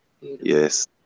Yes